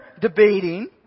debating